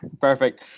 Perfect